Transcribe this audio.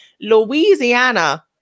Louisiana